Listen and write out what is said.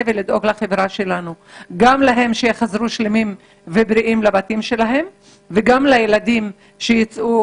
ולדאוג לרופאים שיחזרו בריאים לבתים שלהם וגם לילדים שיצאו